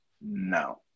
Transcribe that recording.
No